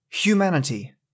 Humanity